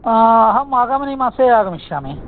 अहम् आगामिनि मासे आगमिष्यामि